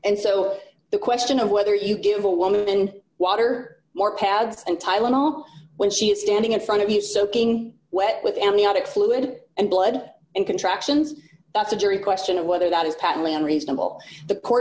and so the question of whether you give a woman water more pads and tylenol when she's standing in front of you soaking wet with amniotic fluid and blood and contractions that's a jury question of whether that is patently unreasonable the court